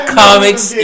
comics